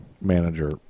manager